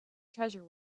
treasure